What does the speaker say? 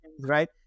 right